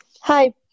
Hi